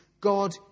God